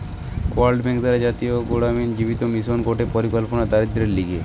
world bank দ্বারা জাতীয় গড়ামিন জীবিকা মিশন গটে পরিকল্পনা দরিদ্রদের লিগে